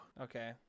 Okay